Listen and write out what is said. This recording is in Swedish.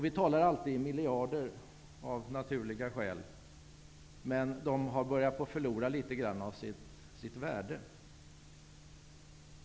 Vi talar alltid i miljarder av naturliga skäl. Men de har börjat förlora litet grand av sitt värde.